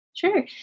Sure